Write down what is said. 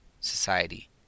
society